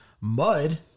Mud